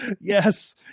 Yes